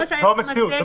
זה מה שהיה כתוב במצגת.